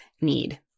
need